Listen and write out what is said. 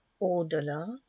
au-delà